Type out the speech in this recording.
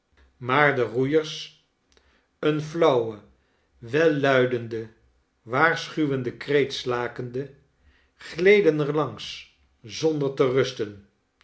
maar de roeiers een flauwen welluidenden waarschuwenden kreet slakende gleden er langs zonder te rusten